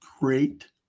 great